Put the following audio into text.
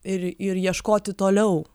ir ir ieškoti toliau